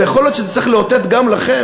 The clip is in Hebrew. ויכול להיות שזה צריך לאותת גם לכם,